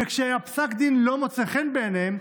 וכשפסק הדין לא מוצא חן בעיניהם,